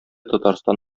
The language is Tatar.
татарстан